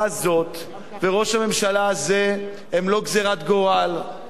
הזאת וראש הממשלה הזה הם לא גזירת גורל,